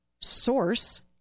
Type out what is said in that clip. source